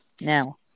Now